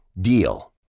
DEAL